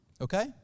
Okay